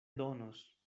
donos